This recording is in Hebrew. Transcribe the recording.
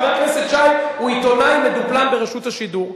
חבר הכנסת שי הוא עיתונאי מדופלם ברשות השידור.